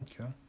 Okay